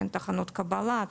תחנות קבלה,